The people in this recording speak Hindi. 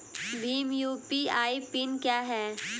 भीम यू.पी.आई पिन क्या है?